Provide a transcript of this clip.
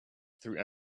through